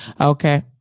okay